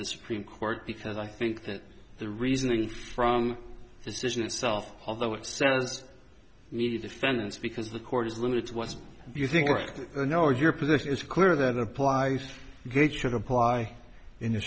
the supreme court because i think that the reasoning from decision itself although it serves me defendants because the court is limited to what you think i know or your position is clear that applies to gage should apply in the